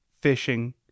fishing